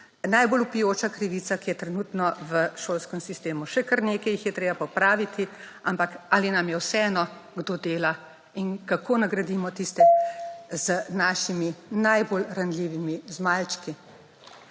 Najbolj vpijoča krivica, ki je trenutno v šolskem sistemu. Še kar nekaj jih je treba popraviti. Ampak ali nam je vseeno kdo dela in kako nagradimo tiste z našimi najbolj ranljivimi, z malčki?